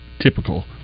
typical